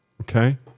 Okay